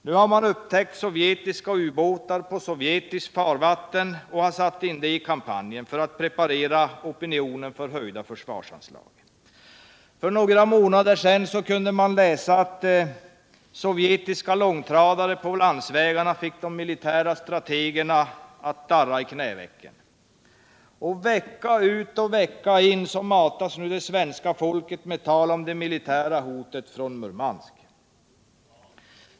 Nu har man upptäckt sovjetiska ubåtar på sovjetiskt farvatten och satt in detta i kampanjen för att preparera opinionen för höjda försvarsanslag. För några månader sedan kunde man läsa att sovjetiska långtradare på landsvägarna fick de militära strategerna att darra i knävecken. Vecka in och vecka ut matas svenska folket med tal om det militära hotet från Murmansk.